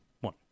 one